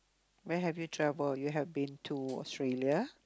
where have you travel you have been to Australia